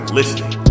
listening